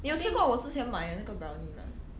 你有吃过我之前买的那个 brownie 吗